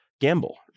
gamble